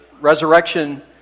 resurrection